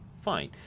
Fine